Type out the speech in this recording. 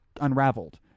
unraveled